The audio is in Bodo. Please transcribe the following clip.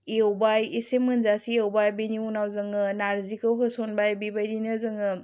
एवबाय एसे मोनजासे एवबाय बेनि उनाव जोङो नार्जिखौ होसनबाय बेबायदिनो जोङो